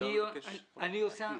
אני מבקש להתייחס.